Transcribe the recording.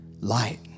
Light